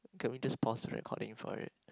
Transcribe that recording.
can we just pause the recording for it